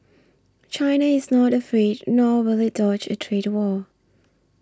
China is not afraid nor will it dodge a trade war